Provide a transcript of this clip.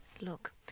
Look